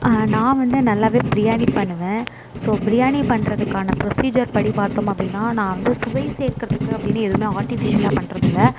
நான் வந்து நல்லாவே பிரியாணி பண்ணுவேன் ஸோ பிரியாணி பண்ணுறதுக்கான ப்ரொசிஜர் படி பார்த்தோம் அப்படினா நான் வந்து சுவை சேர்க்கிறதுக்கு அப்படின்னு எதுவுமே ஆர்டிபிசியலாக பண்ணுறது இல்லை